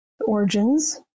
Origins